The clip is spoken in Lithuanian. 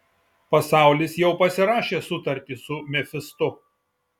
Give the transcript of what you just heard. pasaulis jau pasirašė sutartį su mefistu